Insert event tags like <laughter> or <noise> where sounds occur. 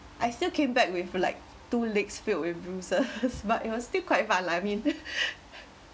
I still came back with like two legs filled with bruises <laughs> but it was still quite fun lah I mean <laughs>